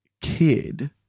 kid